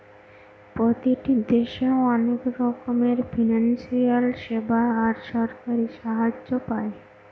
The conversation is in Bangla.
প্রতিটি দেশে অনেক রকমের ফিনান্সিয়াল সেবা আর সরকারি সাহায্য পায়